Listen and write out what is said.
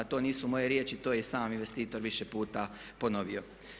A to nisu moje riječi to je i sam investitor više puta ponovio.